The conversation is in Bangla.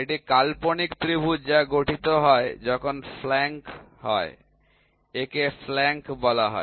এটি কাল্পনিক ত্রিভুজ যা গঠিত হয় যখন ফ্ল্যাঙ্ক হয় একে ফ্ল্যাঙ্ক বলা হয়